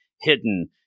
hidden